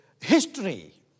history